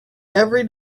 every